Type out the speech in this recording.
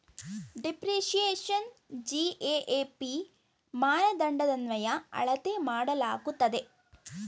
ಡಿಪ್ರಿಸಿಯೇಶನ್ನ GAAP ಮಾನದಂಡದನ್ವಯ ಅಳತೆ ಮಾಡಲಾಗುತ್ತದೆ